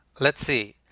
let's see.